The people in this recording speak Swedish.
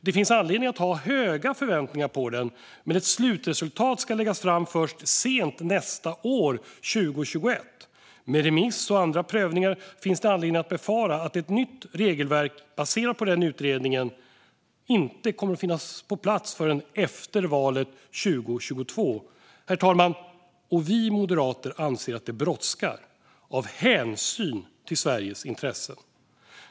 Det finns anledning att ha höga förväntningar på den, men ett slutresultat ska läggas fram först sent nästa år, alltså 2021. Med remiss och andra prövningar finns det anledning att befara att ett nytt regelverk baserat på denna utredning inte kommer att finnas på plats förrän efter valet 2022. Herr talman! Vi moderater anser att det brådskar av hänsyn till Sveriges intressen.